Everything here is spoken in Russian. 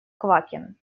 квакин